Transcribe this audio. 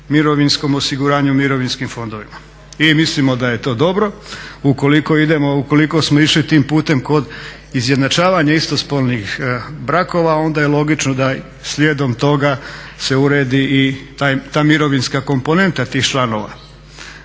mirovinskom osiguranju i mirovinskim fondovima. I mislimo da je to dobro ukoliko idemo, ukoliko smo išli tim putem kod izjednačavanja istospolnih brakova onda je logično da slijedom toga se uredi i ta mirovinska komponenta tih članova.